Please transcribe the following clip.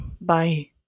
Bye